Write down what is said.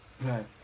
Right